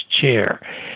chair